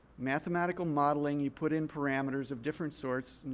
mathematical modeling, you put in parameters of different sorts.